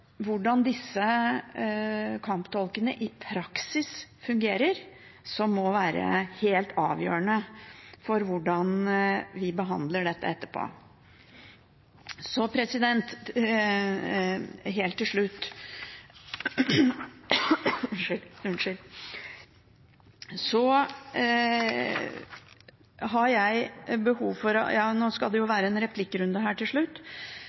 hvordan disse kamptolkene i praksis fungerer, som må være helt avgjørende for hvordan vi behandler dette etterpå. Helt til slutt: Nå skal det være en replikkrunde her til slutt,